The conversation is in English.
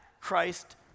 Christ